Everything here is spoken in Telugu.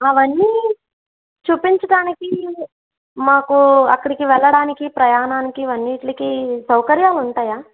అవన్నీ చూపించటానికి మాకు అక్కడికి వెళ్ళడానికి ప్రయాణానికి ఇవన్నిట్లికి సౌకర్యాలు ఉంటాయా